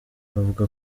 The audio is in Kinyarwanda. bavuga